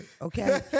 okay